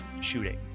shooting